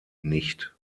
nicht